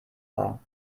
war